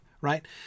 Right